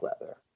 leather